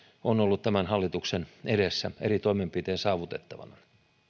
on ollut tämän hallituksen edessä eri toimenpitein saavutettavana